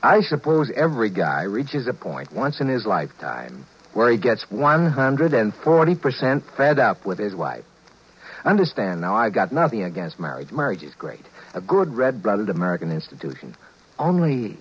i suppose every guy reaches a point once in his lifetime where he gets one hundred and forty percent fed up with his wife understand now i've got nothing against marriage marriage is great a good red blooded american institution only